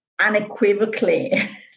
unequivocally